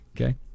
Okay